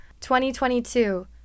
2022